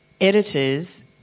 editors